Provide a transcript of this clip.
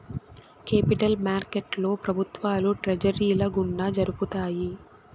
capital మార్కెట్లో ప్రభుత్వాలు ట్రెజరీల గుండా జరుపుతాయి